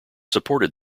supported